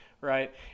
Right